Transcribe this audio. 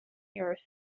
years